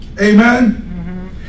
Amen